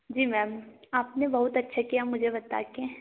जी ma'am आपने बहुत अच्छा किया मुझे बता के